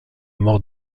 mort